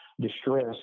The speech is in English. distress